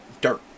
dirt